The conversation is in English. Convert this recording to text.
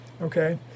Okay